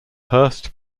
hurst